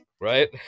Right